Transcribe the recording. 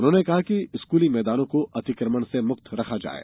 उन्होंने कहा कि स्कूली मैदानों को अतिक्रमण से मुक्त रखा जायें